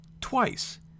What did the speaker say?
twice